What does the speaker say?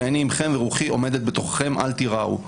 אני עמכם ורוחי עומדת בתוככם אל תיראו.